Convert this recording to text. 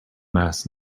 last